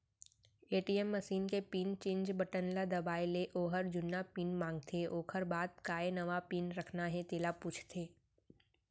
ATM मसीन के pin change button ल दबाए ले ओहर जुन्ना पिन मांगथे ओकर बाद काय नवा पिन रखना हे तेला पूछथे